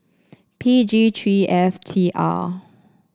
P G three F T R